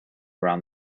around